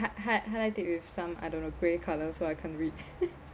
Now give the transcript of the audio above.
I had highlighted with some I don't know grey colour so I can't read